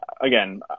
again